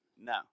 No